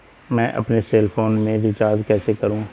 मैं अपने cell phone में रिचार्ज कैसे करूँ?